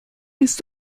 les